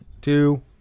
two